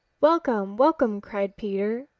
welcome! welcome! cried peter.